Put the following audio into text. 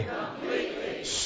completely